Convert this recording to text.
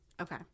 Okay